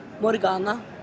Morgana